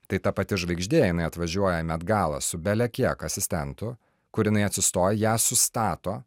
tai ta pati žvaigždė jinai atvažiuoja į met gala su belekiek asistentų kur jinai atsistoja ją sustato